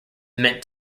meant